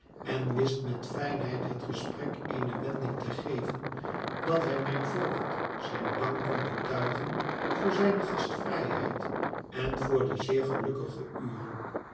en wist met fijnheid het gesprek eene wending te geven dat hij mijn voogd zijn dank kon betuigen voor zijne gastvrijheid en voor de zeer gelukkige uren